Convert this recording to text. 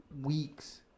weeks